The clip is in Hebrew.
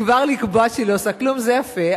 כבר לקבוע שהיא לא עושה כלום זה יפה,